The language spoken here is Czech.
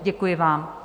Děkuji vám.